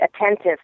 attentive